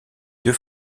deux